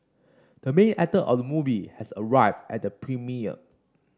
the main actor of the movie has arrived at the premiere